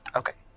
okay